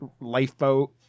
lifeboat